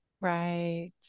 right